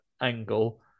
angle